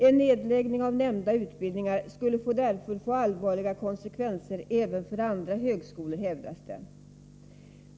En nedläggning av nämnda utbildning skulle därför få allvarliga konsekvenser även för andra högskolor, hävdas det.